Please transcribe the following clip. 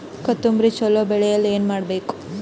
ಕೊತೊಂಬ್ರಿ ಚಲೋ ಬೆಳೆಯಲು ಏನ್ ಮಾಡ್ಬೇಕು?